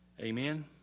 Amen